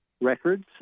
records